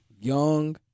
Young